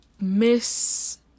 miss